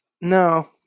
No